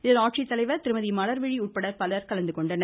இதில் ஆட்சித்தலைவர் திருமதி மலர்விழி உட்பட பலர் கலந்துகொண்டனர்